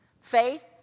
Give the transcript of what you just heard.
Faith